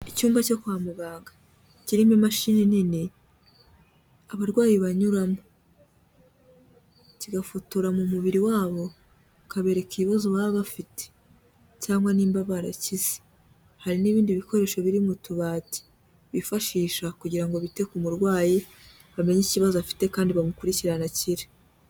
Icyumba cyo kwa muganga kirimo imashini nini abarwayi banyuramo, kigafoturara mu mubiri wabo ukabereka ibibazo baba bafite cyangwa niba barakize. Hari n'ibindi bikoresho biri mu tubati bifashisha kugira ngo bite ku murwayi, bamenye ikibazo afite kandi bamukurikirane akire.